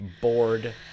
Bored